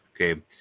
Okay